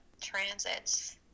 transits